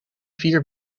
vier